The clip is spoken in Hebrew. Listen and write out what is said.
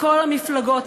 מכל המפלגות,